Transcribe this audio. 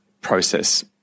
process